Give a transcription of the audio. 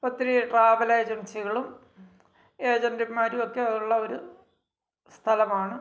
ഒത്തിരി ട്രാവൽ ഏജൻസികളും ഏജന്റുമാരും ഒക്കെ ഉള്ള ഒരു സ്ഥലമാണ്